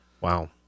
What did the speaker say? Wow